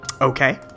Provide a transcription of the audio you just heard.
Okay